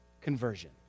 conversion